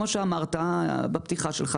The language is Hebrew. כמו שאמרת בפתיחה שלך,